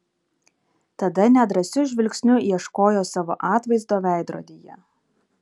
tada nedrąsiu žvilgsniu ieškojo savo atvaizdo veidrodyje